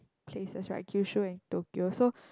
places right Kyushu and Tokyo so